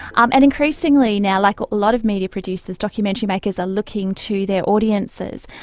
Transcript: um and increasingly now, like a lot of media producers, documentary makers are looking to their audiences,